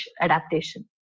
adaptation